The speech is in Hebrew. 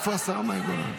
איפה השרה מאי גולן?